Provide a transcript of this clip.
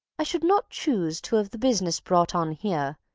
i should not chuse to have the business brought on here,